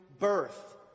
birth